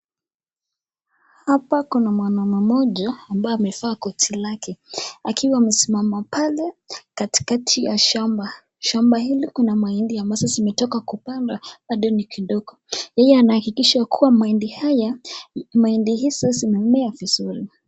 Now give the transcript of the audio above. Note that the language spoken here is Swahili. Hapa kuna mwanamme mmoja ambaye amevaa koti lake akiwa amesimama pale katikati ya shamba . Shamba hili kuna mahindi ambayo yametoka kupandwa bado ni kidogo yeye anahakikisha Mahindi haya, mahindi hayo yamemea vizuri.